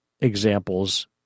examples